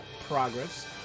progress